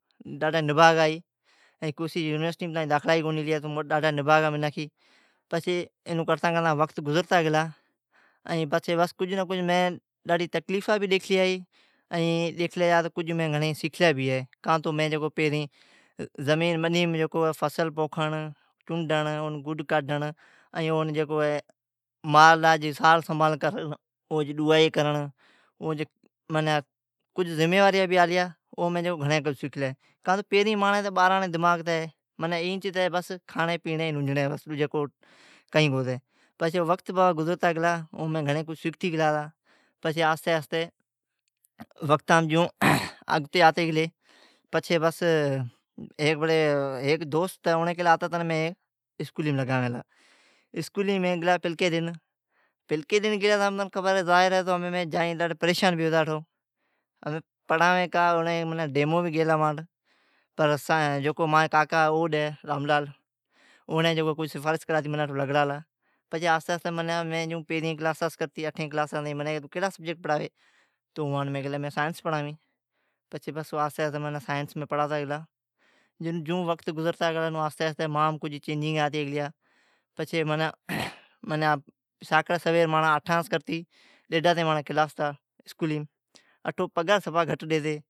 ڈاڈہا نبھاگا اے کیسی یونیورسٹی میں داخلا ئی ناں ملی اے منا کہے ڈاہا نبھگا اہیں، پچھے اینوں کرتا کرتا وقت گزرتا گیلا، ائیں پچھے میں ڈاڈہی تکلیفاں بھی ڈیکھ لی اہیں ائیں ڈیکھلاں تو مں کافی کجھ سیکھلا بھی اے۔ میں جکو پہریں زمیں میں فصل پوکھنڑ، چونڈنڑ ،گڈ کڈھنڑ، ائیں او جکو اے مال لا سار سنبھال کرنڑ او جو ڈوہائی کرنڑ کجھ ذمیواریاں بھی ہالیاں، او میں گھنڑے کجھ سیکھلو۔ کہاں تو پہریں مانڑاں تو بارانڑا دماغ ھتے ۔ماناں ایں کھانڑے پینڑے بس ڈوجو کہیں کو تھے پچھے وقت بھی گزرتا گیلا۔ میں گھنڑے کجھ سیکھتے گیلا، تا پچھے آہستے آہستے وقت جوں اگتے آتے گیلے پچھے بس ہیک دوست اوڑے آتا اسکولی میں لگا ڑے ۔گلا پہلکے ڈینہں جائے لا تو ہوں پریشان بیٹھو تو پڑہاویں کا ڈیمو بھی کہیں تا پچھے مانجا کاکا او ڈیں رام لال او جیکو کجھ سفارش کرلی اٹھو لگڑلا پچھے۔ میں آہستے آہستے پہریں کلاس سیں اٹھیں کلاس تائیں کہڑا سبجیکٹ پڑہاوے ۔تو میں کہیہو سائیں میں سائنس پڑہاویں۔ پچھے آہستے آہستے سائنس میں پڑہاتا گیلا۔ جون وقت گزرتا گیلا تو آہستے آہستے چینجنگ اٹی گیلا۔ پچھے ماناں ساکڑے سویرےآٹھ س کرتے ڈیڈا تائین کلاس ہلتا، پگھار صفا گھٹ ڈیتی